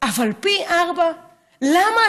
פי ארבעה?